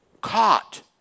caught